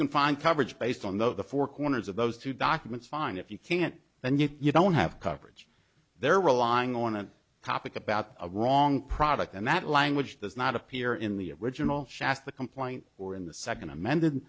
can find coverage based on the four corners of those two documents fine if you can't and you don't have coverage they're relying on a topic about a wrong product and that language does not appear in the original shasta complaint or in the second amended